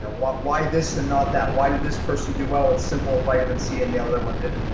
why why this and not that? why did this person do well with simple vitamin c and the other one didn't?